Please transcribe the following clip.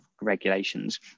regulations